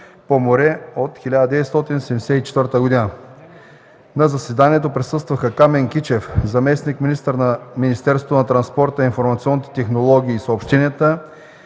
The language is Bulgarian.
по море от 1974 г. На заседанието присъстваха Камен Кичев – заместник-министър на Министерството на транспорта, информационните технологии и съобщенията,